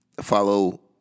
follow